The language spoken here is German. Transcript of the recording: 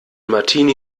martini